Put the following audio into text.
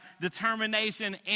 determination